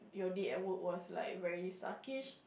your day at work was like very suckish